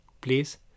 please